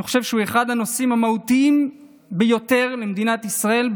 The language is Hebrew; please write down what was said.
אני חושב שהוא אחד הנושאים המהותיים ביותר למדינת ישראל.